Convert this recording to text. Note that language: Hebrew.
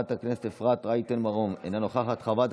חברת הכנסת אפרת רייטן מרום, אינה נוכחת,